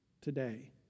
today